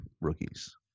rookies